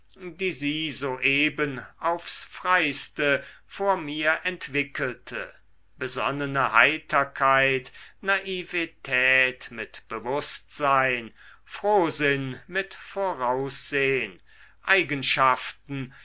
die sie soeben aufs freiste vor mir entwickelte besonnene heiterkeit naivetät mit bewußtsein frohsinn mit voraussehn eigenschaften